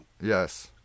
Yes